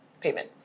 payment